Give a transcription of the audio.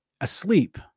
asleep